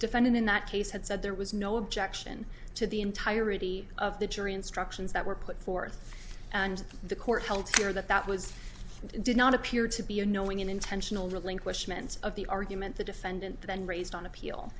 defendant in that case had said there was no objection to the entirety of the jury instructions that were put forth and the court held to hear that that was did not appear to be unknowing an intentional relinquishments of the argument the defendant then raised on appeal